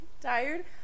tired